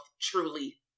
truly